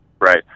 right